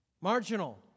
marginal